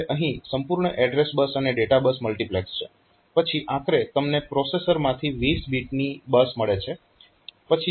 જ્યારે અહીં સંપૂર્ણ એડ્રેસ બસ અને ડેટા બસ મલ્ટીપ્લેક્સ છે પછી આખરે તમને પ્રોસેસરમાંથી 20 બીટની બસ મળે છે